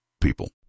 People